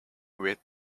with